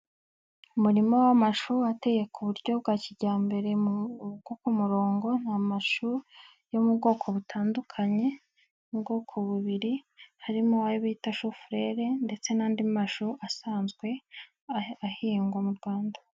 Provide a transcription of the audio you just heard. Umurima w'amashu ateye ku buryo bwa kijyambere mu ku murongo, ni amashu yo mu bwoko butandukanye, ni ubwoko bubiri harimo ayo bita shofurere ndetse n'andi mashu asanzwe ahingwa mu Rwanda.